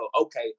okay